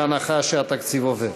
בהנחה שהתקציב עובר.